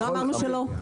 לא אמרנו שלא.